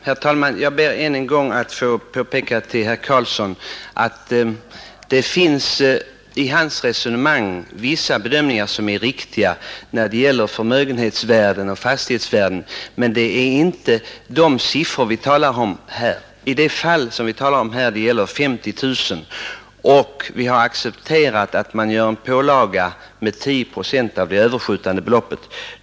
Herr talman! Jag ber än en gång att få påpeka för herr Karlsson i Huskvarna att det i hans resonemang finns vissa bedömningar som är riktiga när det gäller förmögenhetsvärden och fastighetsvärden, men det är inte de siffrorna vi talar om. I de fall vi talar om här — det gäller den behållna förmögenhet som överstiger 50 000 kronor — har vi accepterat en ökningsfaktor med 10 procent.